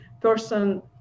person